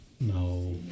No